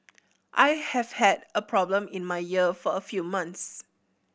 I have had a problem in my ear for a few months